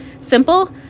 simple